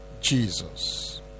Jesus